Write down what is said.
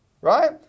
Right